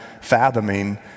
fathoming